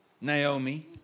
Naomi